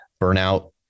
burnout